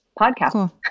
podcast